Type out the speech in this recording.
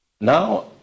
Now